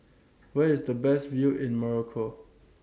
Where IS The Best View in Morocco